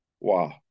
wow